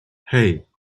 hey